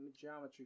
geometry